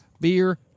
beer